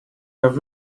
have